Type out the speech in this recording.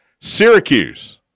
Syracuse